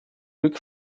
glück